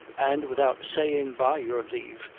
and, without saying, by your leave,